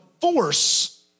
force